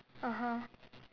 (uh huh)